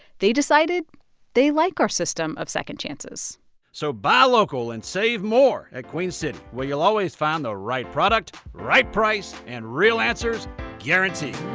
they decided they like our system of second chances so buy local and save more at queen city, where you'll always find the right product, right price and real answers guaranteed